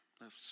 left